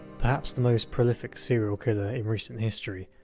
perhaps the most prolific serial killer in recent history,